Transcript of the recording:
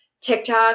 TikTok